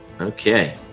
Okay